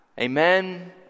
Amen